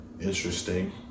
interesting